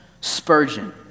Spurgeon